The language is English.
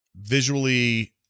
visually